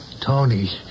Tony